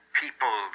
people